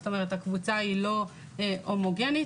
הקבוצה לא הומוגנית,